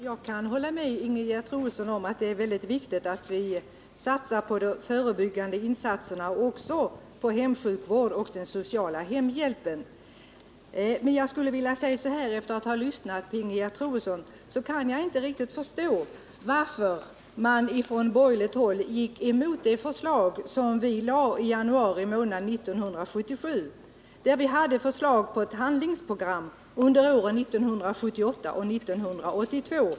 Herr talman! Jag håller med Ingegerd Troedsson om att det är väldigt viktigt att vi satsar på förebyggande åtgärder och även på hemsjukvård och social hemhjälp. Men efter att ha lyssnat på Ingegerd Troedsson kan jag inte riktigt förstå varför man från borgerligt håll gick emot det förslag som vi socialdemokrater lade fram i januari 1977 och där vi presenterade ett handlingsprogram för åren 1978-1982.